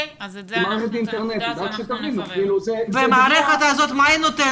מה נותנת לך המערכת הזאת?